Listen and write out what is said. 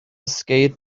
skate